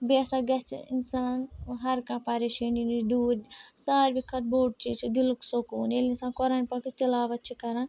بیٚیہِ ہسا گژھہِ اِنسان ہر کانٛہہ پریشٲنی نِش دوٗر ساروٕے کھۄتہٕ بوٚڑ چیٖز چھُ دِلُک سکوٗن ییٚلہِ اِنسان قۄرانِ پاکٕچ تلاوت چھُ کران